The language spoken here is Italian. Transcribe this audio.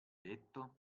detto